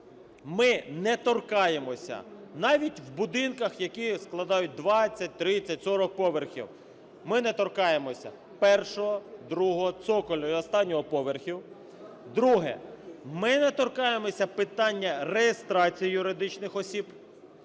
ми не торкаємося навіть в будинках, які складають 20, 30, 40 поверхів, ми не торкаємося першого, другого, цоколю і останнього поверхів. Друге. Ми не торкаємося питання реєстрації юридичних осіб,